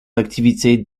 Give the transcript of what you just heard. activités